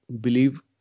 believe